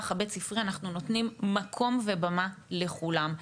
הבית-ספרי אנחנו נותנים מקום ובמה לכולם.